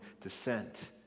descent